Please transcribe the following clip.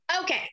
Okay